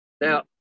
now